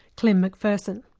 klim mcpherson.